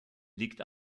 liegt